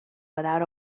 without